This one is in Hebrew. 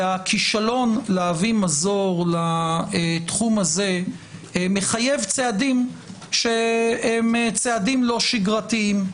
והכישלון להביא מזור לתחום הזה מחייב צעדים לא שגרתיים.